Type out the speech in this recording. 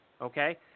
okay